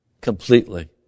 completely